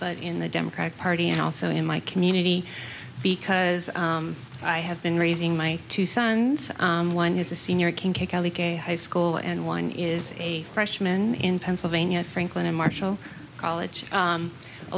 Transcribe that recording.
but in the democratic party and also in my community because i have been raising my two sons one is a senior high school and one is a freshman in pennsylvania at franklin and marshall college